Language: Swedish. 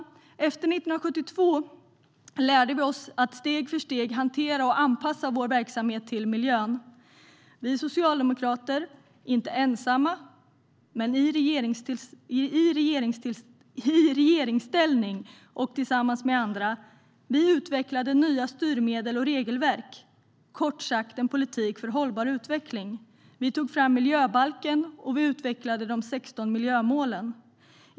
Efter 1972 lärde vi oss att steg för steg hantera och anpassa vår verksamhet till miljön. Vi socialdemokrater är inte ensamma, men i regeringsställning och tillsammans med andra utvecklade vi nya styrmedel och regelverk - kort sagt en politik för hållbar utveckling. Vi tog fram miljöbalken, och vi utvecklade de 16 miljömålen.